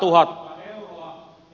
arvoisa puhemies